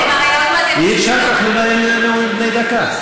אי-אפשר כך לנהל נאומים בני דקה.